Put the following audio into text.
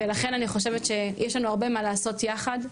ולכן אני חושבת שיש לנו הרבה מה לעשות יחד.